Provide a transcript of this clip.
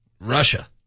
Russia